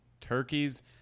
turkeys